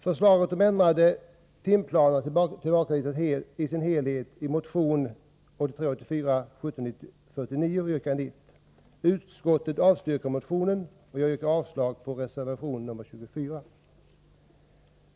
Förslaget om ändrade timplaner tillbakavisas i sin helhet i motion 1983/84:1749, yrkande 1. Utskottet avstyrker motionen, och jag yrkar avslag på reservation nr 24.